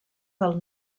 del